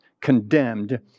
condemned